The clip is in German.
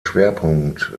schwerpunkt